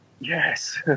Yes